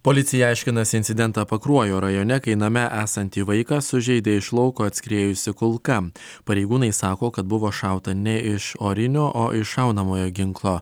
policija aiškinasi incidentą pakruojo rajone kai name esantį vaiką sužeidė iš lauko atskriejusi kulka pareigūnai sako kad buvo šauta ne iš orinio o iš šaunamojo ginklo